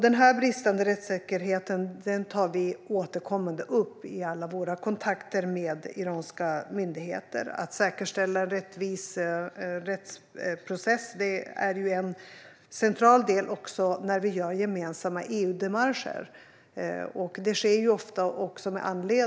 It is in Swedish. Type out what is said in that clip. Denna bristande rättssäkerhet tar vi återkommande upp i alla våra kontakter med iranska myndigheter. Att säkerställa en rättvis rättsprocess är ju en central del också när vi gör gemensamma EU-démarcher.